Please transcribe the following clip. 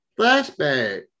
flashback